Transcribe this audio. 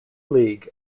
league